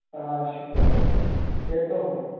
آ شُکُر رۅبس کُن کٔرۍتَو حُکُم